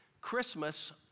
Christmas